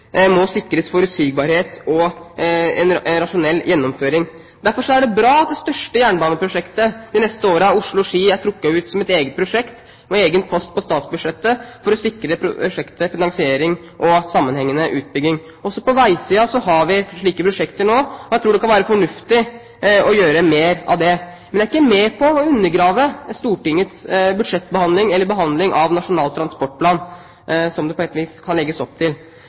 må sikres forutsigbarhet og rasjonell gjennomføring. Derfor er det bra at det største jernbaneprosjektet de neste årene, Oslo–Ski, er trukket ut som et eget prosjekt, med egen post på statsbudsjettet for å sikre prosjektet finansiering og sammenhengende utbygging. Også på veisiden har vi slike prosjekter nå. Jeg tror det kan være fornuftig å gjøre mer av det. Men jeg er ikke med på å undergrave Stortingets budsjettbehandling eller behandlingen av Nasjonal transportplan, som det på et vis kan legges opp til.